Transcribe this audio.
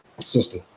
sister